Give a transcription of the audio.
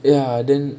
ya then